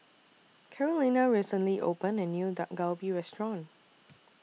Carolina recently opened A New Dak Galbi Restaurant